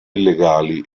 illegali